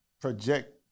project